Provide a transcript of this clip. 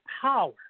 power